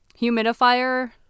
humidifier